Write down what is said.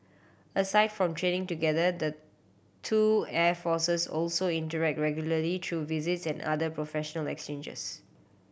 aside from training together the two air forces also interact regularly through visits and other professional exchanges